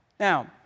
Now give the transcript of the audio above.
Now